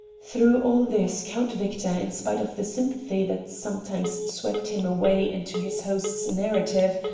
through all this count victor, in spite of the sympathy that sometimes swept him away into his host's narrative,